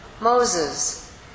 Moses